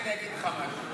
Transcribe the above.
אני אגיד לך משהו.